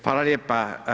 Hvala lijepa.